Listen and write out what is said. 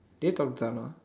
did you talk to Janna